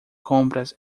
compras